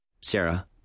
Sarah